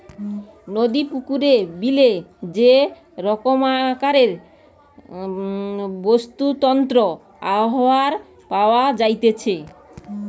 নদী, পুকুরে, বিলে যে রকমকারের বাস্তুতন্ত্র আবহাওয়া পাওয়া যাইতেছে